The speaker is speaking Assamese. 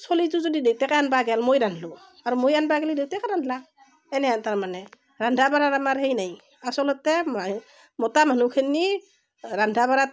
চলিটো যদি দেউতাকে আনবা গ'ল মই ৰান্ধিলোঁ আৰু মই আনবা গ'লে দেউতাকে ৰান্ধলা এনে হেন তাৰমানে ৰন্ধা বঢ়াৰ আমাৰ সেই নাই আচলতে এই মতা মানুহখিনিক ৰন্ধা বঢ়াত